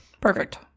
Perfect